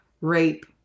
rape